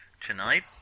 Tonight